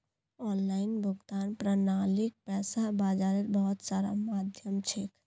online भुगतान प्रणालीक पैसा बाजारेर बहुत सारा माध्यम छेक